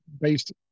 based